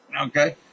okay